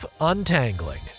untangling